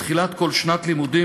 בתחילת כל שנת לימודים,